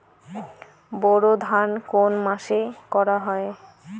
বোরো ধান কোন মাসে করা হয়?